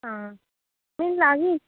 आं लागीं